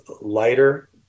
lighter